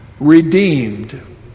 redeemed